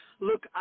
Look